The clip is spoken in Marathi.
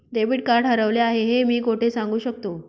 डेबिट कार्ड हरवले आहे हे मी कोठे सांगू शकतो?